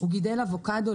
הוא גידל אבוקדו,